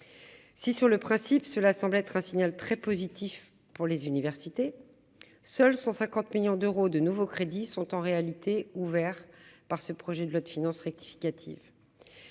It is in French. Si, sur le principe, cela semble un signal très positif pour les universités, seuls 150 millions d'euros de nouveaux crédits sont en réalité ouverts dans la loi de finances rectificative.